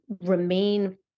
remain